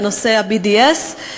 בנושא ה-BDS,